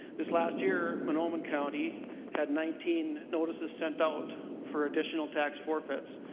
this last year minn ohman county had nineteen notices sent out for additional tax forfeits.